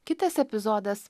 kitas epizodas